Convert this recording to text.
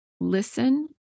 listen